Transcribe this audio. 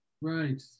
Right